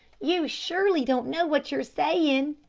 you surely don't know what you're saying.